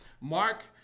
Mark